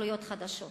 התנחלויות חדשות,